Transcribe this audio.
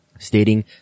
stating